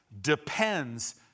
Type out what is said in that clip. depends